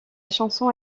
chanson